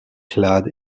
clad